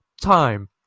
time